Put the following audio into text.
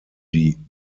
die